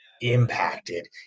impacted